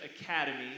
Academy